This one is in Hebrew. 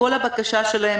לכל הבקשה שלהם,